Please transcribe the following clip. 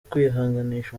kwihanganisha